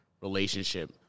relationship